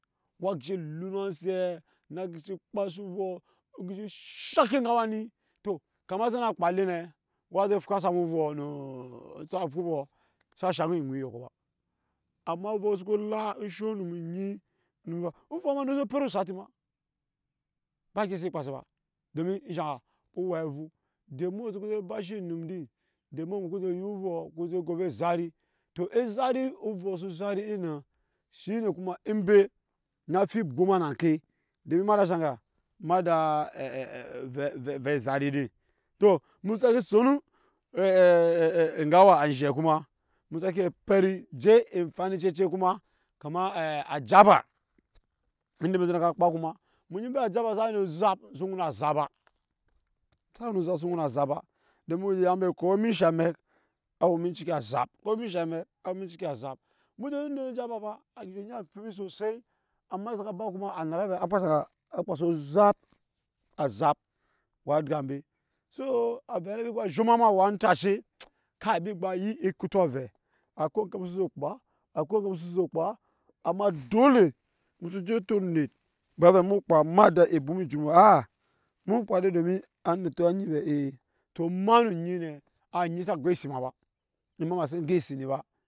A waa gishi lun anzɛɛ, na gishi kpaa si ovoɔ o gishi shaki enge a wa ni to kama sa na kpaa ele ne a waa disi fwa sa mu ovoɔ noo sa fwa ovɔɔ sa shaŋ eŋui eyɔkɔ ba, ama ovɔɔ su ko la o sho onumo onyi nume eva ovoo no kosh osati onumo onyi nume eva ovoɔ no kosho osati ma, ba gyei so kpaa se ba, domin eshanga owe avu the more su ku je bashi enum din, the more emu ku je ya ovoɔ ku zɛ zhari to ezhari ovoɔ su zɛ zhari din nan shi ne kuma embe na fi bwoma na enje domin emada enshanga, domin emada avɛ avɛ ezahri din to emu sake soon enga wa azhe kuma mu sa ke pɛt je efan ecece kuma kamar a jaba yan de embe sa na ka kpaa kuma emu nyi embe ajaba sa we no ozap su nun azap ba- sa we no ozap su nun ozap ensha amek a we me cikin azap emu je ya onet tabafa a zhuru a fuk so sai amma sa ka ba kuma a nara vɛɛ afasara a kpaase ozap waa gya be so avɛ ka vi gba zhoma eme awan onfashe kai embi gba ya ekota avɛ akwai onke mu so ze kpa akwai nke mu so si zɛ kpaa amma dole emu ko je otep onet ba wai vɛɛ emu kpaa ne ebwoma ejut mu ba aa emu kpaa domin anet nyi vɛɛ ee to ema no onyi nɛ a sa go esimaba, ema eman jen go esi ni ba.